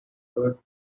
heard